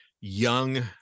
young